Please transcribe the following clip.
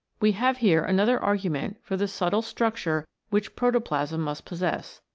we have here another argument for the subtle struc ture which protoplasm must possess,